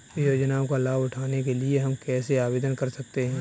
योजनाओं का लाभ उठाने के लिए हम कैसे आवेदन कर सकते हैं?